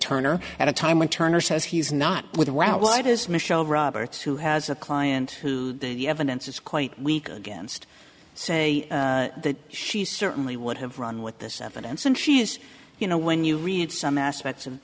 turner at a time when turner says he's not with wow why does michelle roberts who has a client who evidence is quite weak against say that she certainly would have run with this evidence and she is you know when you read some aspects of